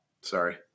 Sorry